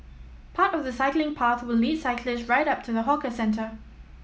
part of the cycling path will lead cyclists right up to the hawker centre